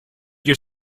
your